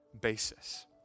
basis